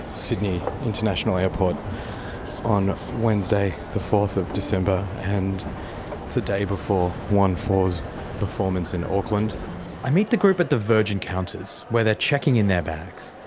sydney international airport on wednesday, the fourth of december and today before onefour's performance in aucklandi meet the group at the virgin counters where they're checking in their bags.